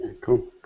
Cool